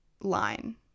line